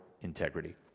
integrity